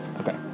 Okay